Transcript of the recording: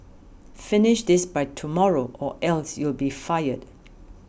finish this by tomorrow or else you'll be fired